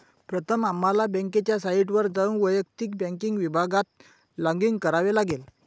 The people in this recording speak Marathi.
प्रथम आम्हाला बँकेच्या साइटवर जाऊन वैयक्तिक बँकिंग विभागात लॉगिन करावे लागेल